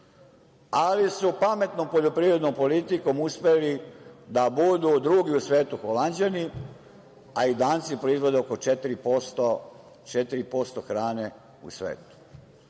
ali su pametnom poljoprivrednom politikom uspeli da budu drugi u svetu Holanđani, a ni Danci proizvode oko 4% hrane u svetu. Mi